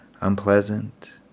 unpleasant